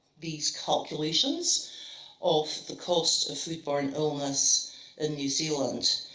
these calculations of the costs of foodborne illness in new zealand.